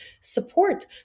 support